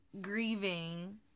grieving